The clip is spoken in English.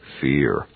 fear